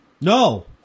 No